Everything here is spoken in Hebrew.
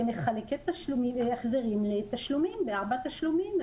שמחלקת החזרים לתשלומים, לארבעה תשלומים.